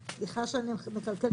סליחה שאני מקלקלת את החגיגה.